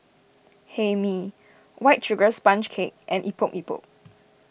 Hae Mee White Sugar Sponge Cake and Epok Epok